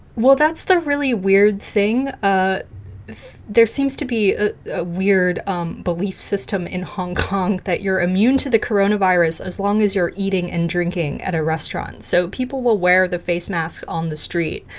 well, that's the really weird thing. ah there seems to be a ah weird um belief system in hong kong that you're immune to the coronavirus as long as you're eating and drinking at a restaurant. so people will wear the face masks on the street,